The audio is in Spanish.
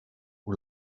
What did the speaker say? por